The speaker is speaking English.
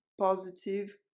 positive